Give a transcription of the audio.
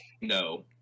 No